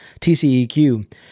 TCEQ